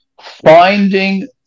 finding